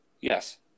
Yes